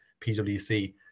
pwc